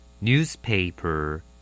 Newspaper